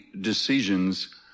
decisions